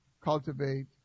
Cultivate